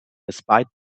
despite